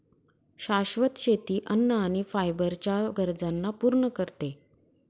शाश्वत शेती अन्न आणि फायबर च्या गरजांना पूर्ण करते